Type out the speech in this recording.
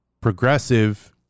progressive